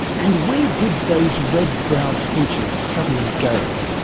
and where did those red-browed finches suddenly go,